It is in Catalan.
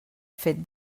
fet